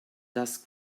das